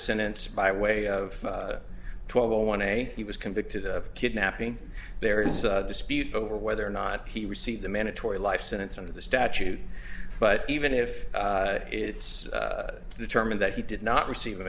sentence by way of twelve a one a he was convicted of kidnapping there is a dispute over whether or not he received a mandatory life sentence under the statute but even if it's determined that he did not receive a